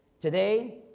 Today